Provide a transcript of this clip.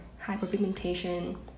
hyperpigmentation